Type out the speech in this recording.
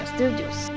Studios